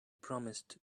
promised